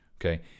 Okay